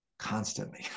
constantly